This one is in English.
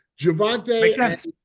Javante